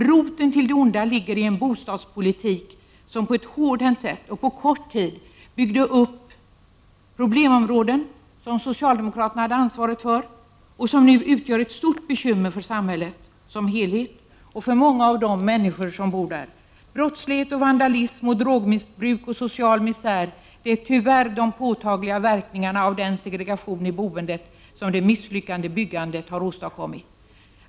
Roten till det onda ligger i en bostadspolitik som innebar att man på hårdhänt sätt och på kort tid byggde upp problemområden, som socialdemokraterna hade ansvaret för och som nu utgör ett stort bekymmer för samhället som helhet och för många av de människor som bor där. Brottslighet, vandalism, drogmissbruk och social misär — det är tyvärr de påtagliga verkningarna av den segregation i boendet som det misslyckade byggandet har åstadkommit.